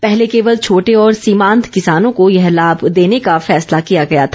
पहले केवल छोटे और सीमांत किसानों को यह लाभ देने का फैसला किया गया था